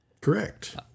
Correct